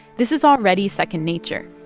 this is already second nature.